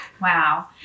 Wow